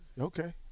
Okay